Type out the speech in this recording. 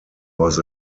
was